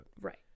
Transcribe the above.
right